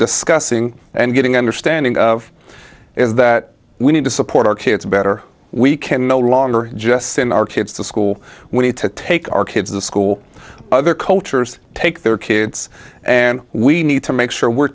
discussing and getting understanding of is that we need to support our kids better we can no longer just send our kids to school we need to take our kids to school other cultures take their kids and we need to make sure we're